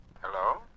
Hello